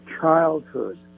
childhood